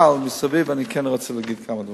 אבל מסביב אני כן רוצה להגיד כמה דברים.